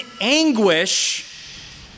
anguish